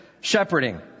Shepherding